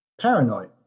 Paranoid